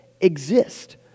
exist